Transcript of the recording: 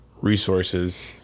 resources